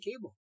cable